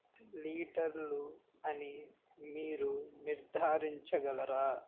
లీటర్లు అని మీరు నిర్దారించగలరా